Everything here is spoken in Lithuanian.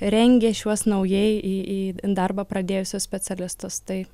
rengė šiuos naujai į į darbą pradėjusius specialistus tai